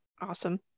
Awesome